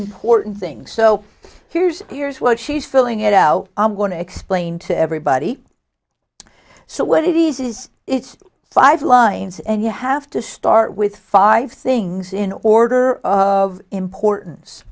important things so here's here's what she's filling it out i'm going to explain to everybody so what it is is it's five lines and you have to start with five things in order of importance